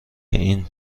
این